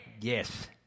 Yes